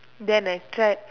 then I tried